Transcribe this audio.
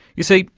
you see,